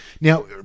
Now